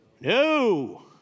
No